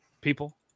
people